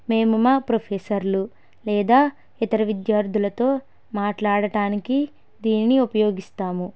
మేము మా ప్రొఫెసర్లు లేదా ఇతర విద్యార్థులతో మాట్లాడటానికి దీనిని ఉపయోగిస్తాము